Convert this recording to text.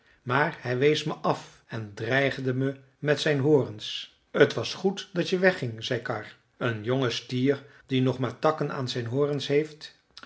maar hij wees me af en dreigde me met zijn horens t was goed dat je wegging zei karr een jonge stier die nog maar takken aan zijn horens heeft